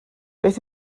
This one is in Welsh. beth